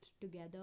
together